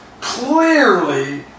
clearly